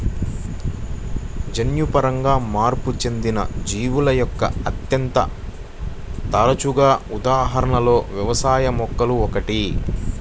జన్యుపరంగా మార్పు చెందిన జీవుల యొక్క అత్యంత తరచుగా ఉదాహరణలలో వ్యవసాయ మొక్కలు ఒకటి